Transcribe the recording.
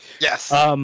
Yes